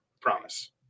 promise